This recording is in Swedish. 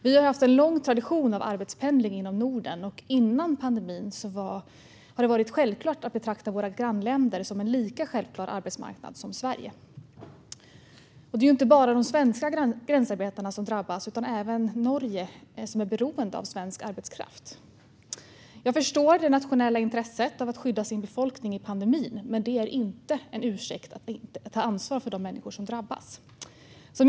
Vi har haft en lång tradition av arbetspendling inom Norden, och före pandemin var det självklart att betrakta våra grannländer som en lika självklar arbetsmarknad som Sverige. Och det är inte bara Sverige och de svenska gränsarbetarna som drabbas utan även Norge, som är beroende av svensk arbetskraft. Jag förstår det nationella intresset av att skydda sin befolkning i pandemin, men det är inte en ursäkt för att inte ta ansvar för de människor som drabbas.